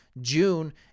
June